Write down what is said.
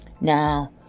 Now